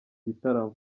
gitaramo